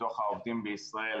מתוך העובדים בישראל,